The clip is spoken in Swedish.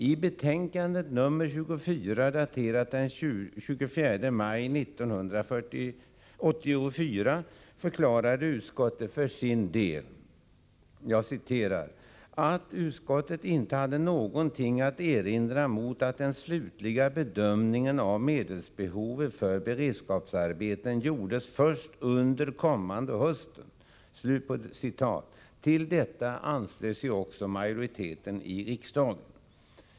I betänkande nr 24, daterat den 24 maj 1984, förklarade utskottet för sin del att ”utskottet inte hade någonting att erinra mot att den slutliga bedömningen av medelsbehovet för beredskapsarbeten gjordes först under den kommande hösten”. Till detta anslöt sig en majoritet i riksdagen.